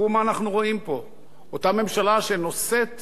אותה ממשלה שנושאת את דגל ההפרטה וטוענת